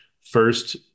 first